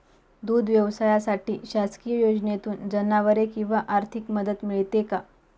दूध व्यवसायासाठी शासकीय योजनेतून जनावरे किंवा आर्थिक मदत मिळते का?